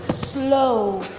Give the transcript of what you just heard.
slow.